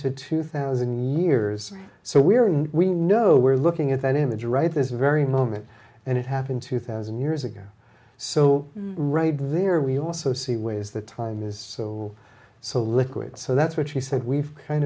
to two thousand years so we are we know we're looking at that image right this very moment and it happened two thousand years ago so right there we also see ways that time is so so liquid so that's what she said we've kind